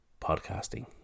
podcasting